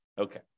Okay